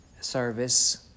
service